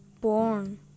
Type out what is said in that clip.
born